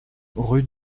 rue